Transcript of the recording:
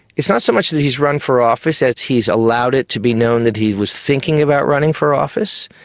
it's not so much that he has run for office as he has allowed it to be known that he was thinking about running for office.